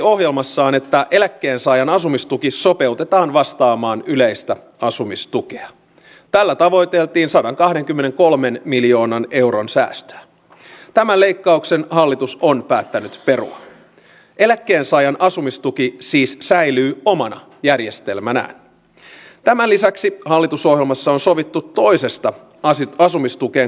minua jotenkin herätteli tällä viikolla iltalehden juttu jossa vuosikausia suomessa asuneet maahanmuuttajat kertoivat että heidän lapsiaan on ruvettu nimittelemään koulussa ja heille on sanottu että lähtekää pois suomesta vaikka he ovat syntyneet suomessa